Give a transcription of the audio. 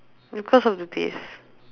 because of the taste